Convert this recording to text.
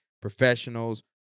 professionals